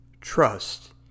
trust